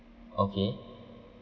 okay